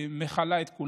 ירושלים,